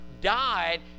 died